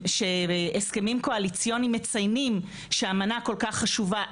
שהסכמים קואליציוניים מציינים שאמנה כל כך חשובה,